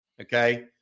Okay